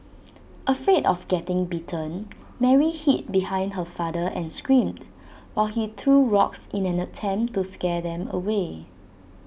afraid of getting bitten Mary hid behind her father and screamed while he threw rocks in an attempt to scare them away